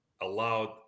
allowed